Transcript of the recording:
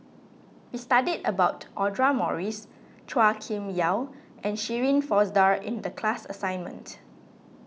we studied about Audra Morrice Chua Kim Yeow and Shirin Fozdar in the class assignment